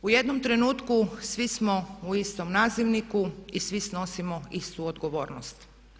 U jednom trenutku svi smo u istom nazivniku i svi snosimo istu odgovornost.